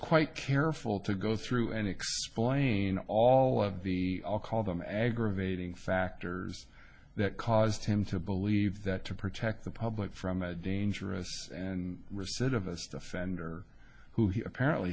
quite careful to go through and explain all of the i'll call them aggravating factors that caused him to believe that to protect the public from a dangerous and reset of us defender who he apparently